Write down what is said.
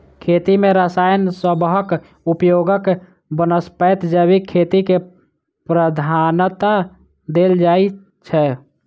खेती मे रसायन सबहक उपयोगक बनस्पैत जैविक खेती केँ प्रधानता देल जाइ छै